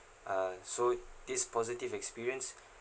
uh so this positive experience